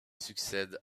succède